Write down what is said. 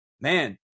man